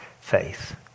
faith